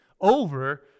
over